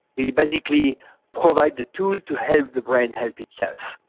we basically provide the tools to help the brain help itself,